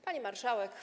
Pani Marszałek!